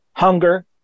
hunger